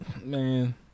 Man